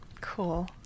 Cool